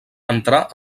entrà